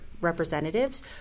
representatives